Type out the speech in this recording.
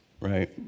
right